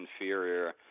inferior